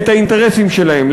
את האינטרסים שלהם.